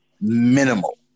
minimal